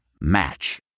Match